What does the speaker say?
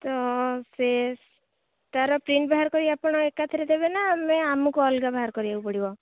ତ ସେ ତା'ର ପ୍ରିଣ୍ଟ୍ ବାହାର କରିକି ଆପଣ ଏକାଥରେ ଦେବେ ନା ଆମେ ଆମକୁ ଅଲଗା ବାହାର କରିବାକୁ ପଡ଼ିବ